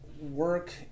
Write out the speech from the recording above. work